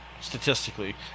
Statistically